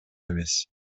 эмес